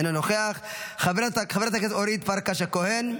אינו נוכח, חברת הכנסת אורית פרקש הכהן,